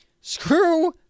Screw